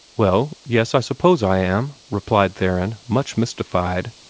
well, yes, i suppose i am, replied theron, much mystified.